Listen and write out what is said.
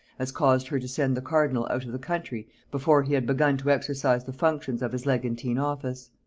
as caused her to send the cardinal out of the country before he had begun to exercise the functions of his legantine office.